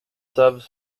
savent